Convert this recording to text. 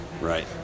Right